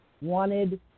wanted